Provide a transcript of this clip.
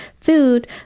food